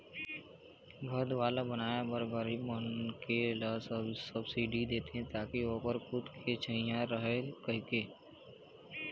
घर दुवार बनाए बर गरीब मनखे ल सब्सिडी देथे ताकि ओखर खुद के छइहाँ रहय कहिके